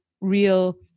real